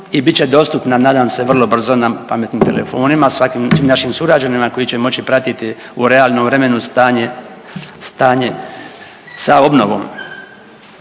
i bit će dostupna nadam se vrlo brzo na pametnim telefonima, svim našim sugrađanima koji će moći pratiti u realnom vremenu stanje sa obnovom.